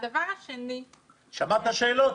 הדבר השני שאני רוצה לשאול.